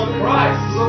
Christ